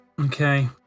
Okay